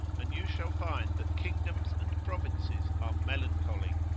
and you shall find that kingdoms and provinces are melancholy,